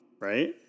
Right